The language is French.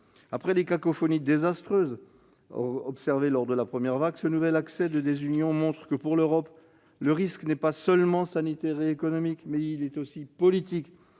Après les cacophonies désastreuses observées lors de la première vague, ce nouvel accès de désunion montre que pour l'Europe, le risque n'est pas seulement sanitaire et économique mais aussi politique.